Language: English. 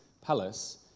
palace